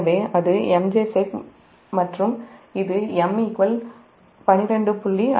எனவே அது MJ sec mech rad மற்றும் இது M 12